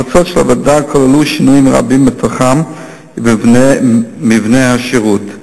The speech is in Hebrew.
ההמלצות של הוועדה כללו שינויים רבים בתוכן ובמבנה של השירות.